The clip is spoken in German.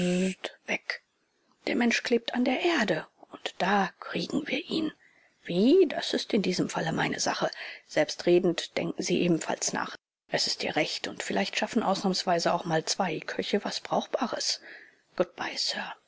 weg der mensch klebt an der erde und da kriegen wir ihn wie das ist in diesem falle meine sache selbstredend denken sie ebenfalls nach es ist ihr recht und vielleicht schaffen ausnahmsweise auch mal zwei köche was brauchbares good